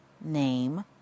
name